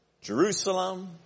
Jerusalem